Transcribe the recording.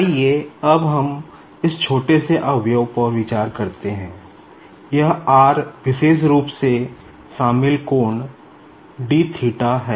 आइये अब हम इस छोटे से कंपोनेंट पर विचार करते हैं यह r विशेष रूप से शामिल कोण है